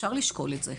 אפשר לשקול את זה,